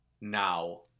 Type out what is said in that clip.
now